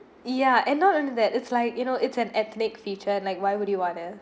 ya and not only that it's like you know it's an ethnic feature like why would you want to